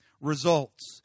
results